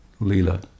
lila